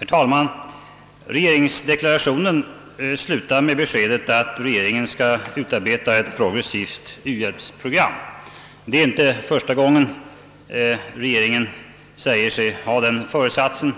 Herr talman! Regeringsdeklarationen slutar med beskedet, att regeringen skall utarbeta ett progressivt u-hjälpsprogram. Det är inte första gången rege ringen säger sig ha den föresatsen.